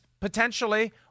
Potentially